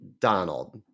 Donald